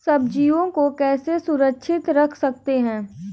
सब्जियों को कैसे सुरक्षित रख सकते हैं?